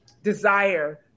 desire